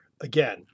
again